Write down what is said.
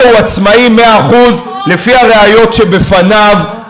בזה הוא עצמאי במאה אחוז, לפי הראיות שבפניו.